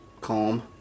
calm